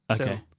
Okay